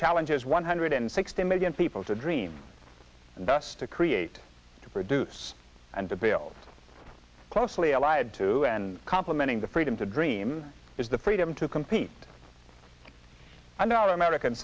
challenges one hundred and sixty million people to dream and thus to create to produce and to build closely allied to and complementing the freedom to dream is the freedom to compete and out american